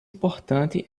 importante